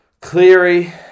Cleary